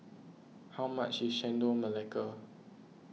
how much is Chendol Melaka